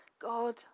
God